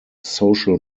social